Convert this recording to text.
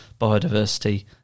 biodiversity